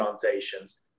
plantations